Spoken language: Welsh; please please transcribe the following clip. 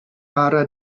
bara